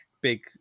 big